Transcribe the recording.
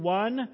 one